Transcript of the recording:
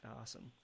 Awesome